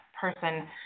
person